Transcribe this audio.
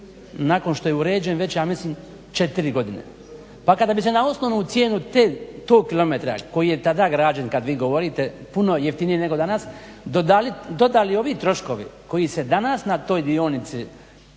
nakon što je uređen već ja mislim 4 godine, pa kada bi se na osnovnu cijenu te, tog kilometra koji je tada građen kad vi govorite puno jeftinije nego danas dodali ovi troškovi koji se danas na toj dionici